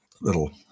little